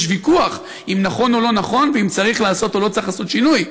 יש ויכוח אם נכון או לא נכון ואם צריך לעשות או לא צריך לעשות שינוי,